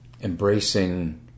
embracing